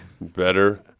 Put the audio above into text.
Better